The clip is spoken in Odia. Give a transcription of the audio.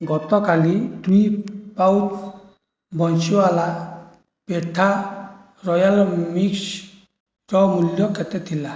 ଗତକାଲି ଦୁଇ ପାଉଚ ବଂଶୀୱାଲା ପେଠା ରୟାଲ ମିକ୍ସର ମୂଲ୍ୟ କେତେ ଥିଲା